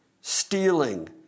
stealing